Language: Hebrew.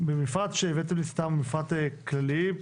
במפרט שהבאתם לי, סתם מפרט כללי.